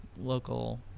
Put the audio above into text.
local